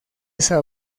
esa